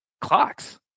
Clocks